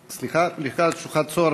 פתיחת שלוחת "צהר"